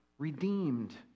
redeemed